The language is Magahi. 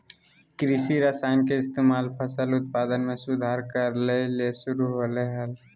कृषि रसायन के इस्तेमाल फसल उत्पादन में सुधार करय ले शुरु होलय हल